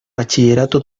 bachillerato